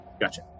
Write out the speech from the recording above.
Gotcha